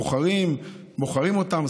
בוחרים אותם,